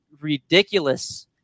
ridiculous –